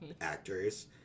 actors